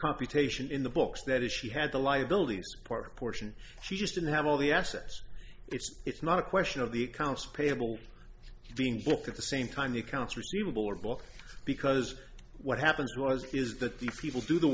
computation in the books that if she had the liabilities part portion she just didn't have all the assets if it's not a question of the accounts payable being booked at the same time the accounts receivable are blocked because what happens was is that these people do the